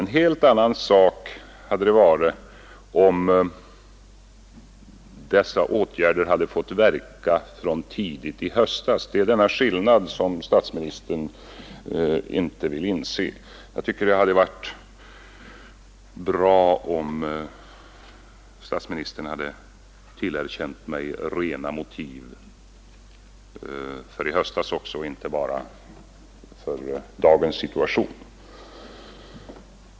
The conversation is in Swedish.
Det hade varit en helt annan sak, om dessa åtgärder hade fått verka från tidigt i höstas. Det är denna skillnad som statsministern inte vill inse. Det hade varit bra om statsministern hade tillerkänt mig rena motiv vid framläggandet av förslaget i höstas också och inte bara säga att mina motiv är rena i dagens situation.